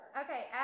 Okay